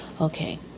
okay